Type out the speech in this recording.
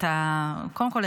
קודם כול,